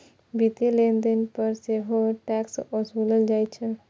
वित्तीय लेनदेन पर सेहो टैक्स ओसूलल जाइ छै